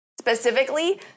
Specifically